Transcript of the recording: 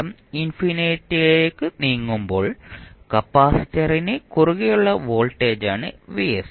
സമയം ഇൻഫിനിറ്റിയിലേക്ക് നീങ്ങുമ്പോൾ കപ്പാസിറ്ററിന് കുറുകെയുള്ള വോൾട്ടേജാണ് Vs